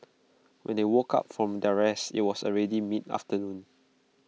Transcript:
when they woke up from their rest IT was already mid afternoon